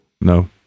No